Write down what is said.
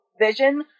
vision